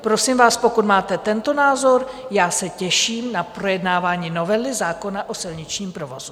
Prosím vás, pokud máte tento názor, já se těším na projednávání novely zákona o silničním provozu.